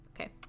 Okay